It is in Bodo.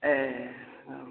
ए औ